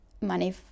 money